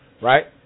right